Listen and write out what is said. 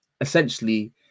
essentially